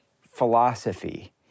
philosophy